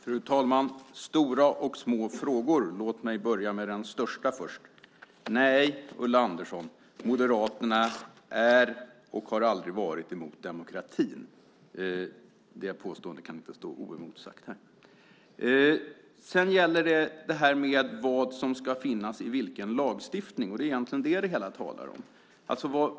Fru talman! Det var stora och små frågor. Låt mig börja med den största först. Nej, Ulla Andersson, Moderaterna är inte och har aldrig varit emot demokrati. Det påståendet kan inte stå oemotsagt här. Sedan gäller det detta med vad som ska finnas i vilken lagstiftning. Det är egentligen det som det hela handlar om.